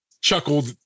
chuckled